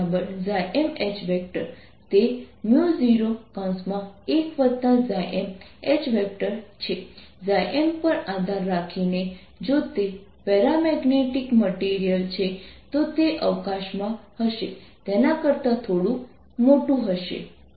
આ પ્રશ્ન નંબર 2 થી પ્રશ્ન નંબર 5 ના જવાબ આપે છે